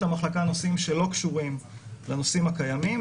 המחלקה נושאים שלא קשורים לנושאים הקיימים.